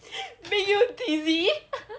meet you T_V